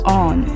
on